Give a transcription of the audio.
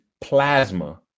plasma